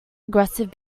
aggressive